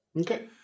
Okay